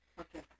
Okay